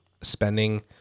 spending